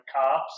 cops